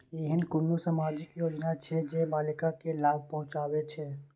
ऐहन कुनु सामाजिक योजना छे जे बालिका के लाभ पहुँचाबे छे?